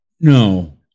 no